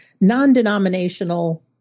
non-denominational